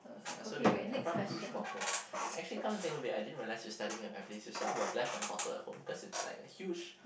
uh yeah so did I I brought a huge bottle actually come to think of it I didn't realize you're studying at my place if so I'll left my bottle at home cause it's like a huge